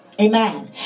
Amen